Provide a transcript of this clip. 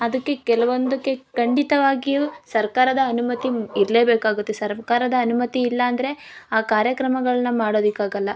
ಅದಕ್ಕೆ ಕೆಲವೊಂದಕ್ಕೆ ಖಂಡಿತವಾಗಿಯೂ ಸರ್ಕಾರದ ಅನುಮತಿ ಇರಲೇಬೇಕಾಗುತ್ತೆ ಸರ್ಕಾರದ ಅನುಮತಿ ಇಲ್ಲಾಂದ್ರೆ ಆ ಕಾರ್ಯಕ್ರಮಗಳನ್ನ ಮಾಡೋದಕ್ಕಾಗೊಲ್ಲ